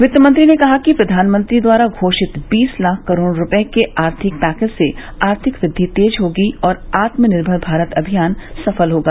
वित्त मंत्री ने कहा कि प्रधानमंत्री द्वारा घोषित बीस लाख करोड़ रुपए के आर्थिक पैकेज से आर्थिक व्रद्धि तेज होगी और आत्मनिर्भर भारत अभियान सफल होगा